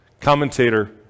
Commentator